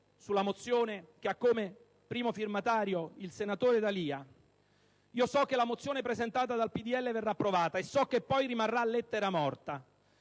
sulla mozione che ha come primo firmatario il senatore D'Alia. So che la mozione presentata dal PdL verrà approvata e so che poi rimarrà lettera morta.